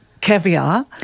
caviar